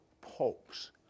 popes